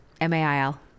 M-A-I-L